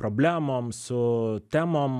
problemom su temom